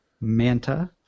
Manta